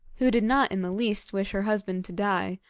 who did not in the least wish her husband to die,